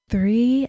three